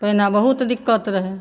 पहिने बहुत दिक्कत रहै